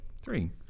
Three